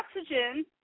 oxygen